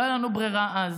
לא הייתה לנו ברירה אז.